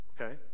Okay